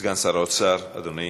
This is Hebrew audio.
סגן שר האוצר, אדוני